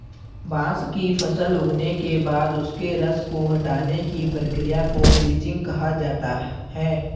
बांस की फसल उगने के बाद उसके रस को हटाने की प्रक्रिया को लीचिंग कहा जाता है